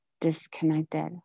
disconnected